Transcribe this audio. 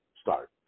start